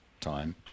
time